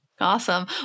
Awesome